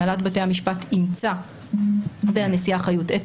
הנהלת בתי המשפט והנשיאה חיות אימצו את